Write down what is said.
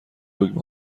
دکمه